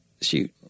Shoot